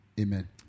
Amen